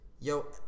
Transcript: yo